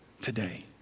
today